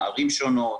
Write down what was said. ערים שונות,